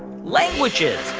languages.